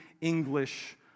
English